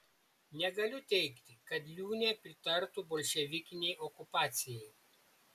negaliu teigti kad liūnė pritartų bolševikinei okupacijai